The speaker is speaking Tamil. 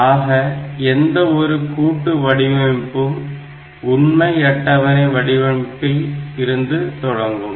ஆக எந்த ஒரு கூட்டு வடிவமைப்பும் உண்மை அட்டவணை வடிவமைப்பில் இருந்து தொடங்கும்